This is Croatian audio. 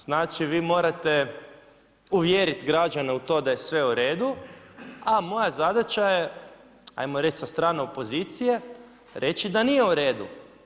Znači vi morate uvjerit građane u to da je sve u redu, a moja zadaća je hajmo reći sa strane opozicije reći da nije u redu.